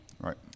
right